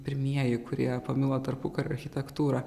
pirmieji kurie pamilo tarpukario architektūrą